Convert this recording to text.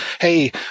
hey